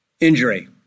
Injury